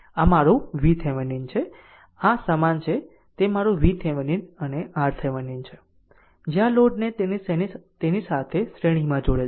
આમ આ મારું vThevenin છે કે જે આ સમાન છે તે મારું vThevenin અને RTheveninછે જે આ લોડને તેની સાથે શ્રેણીમાં જોડે છે